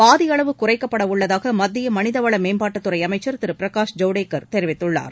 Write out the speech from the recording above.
பாதி அளவு குறைக்கப்பட உள்ளதாக மத்திய மனிதவள மேம்பாட்டுத் துறை அமைச்சா் திரு பிரகாஷ் ஜவ்டேக்கர் தெரிவித்துள்ளார்